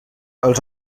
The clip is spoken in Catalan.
els